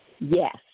Yes